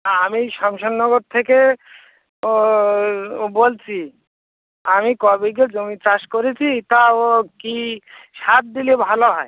হ্যাঁ আমি ওই সামশেরনগর থেকে ওই ও বলছি আমি ক বিঘে জমি চাষ করেছি তা ও কী সার দিলে ভালো হয়